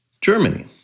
Germany